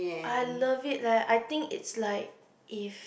I love it leh I think it's like if